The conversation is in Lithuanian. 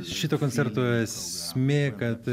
šito koncerto esmė kad